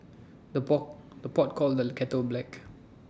the pot the pot calls the kettle black